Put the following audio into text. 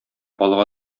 алга